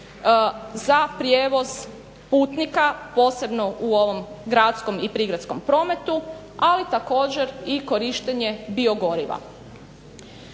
za prijevoz putnika posebno u ovom gradskom i prigradskom prometu, ali također i korištenje biogoriva.